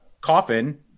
coffin